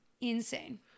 insane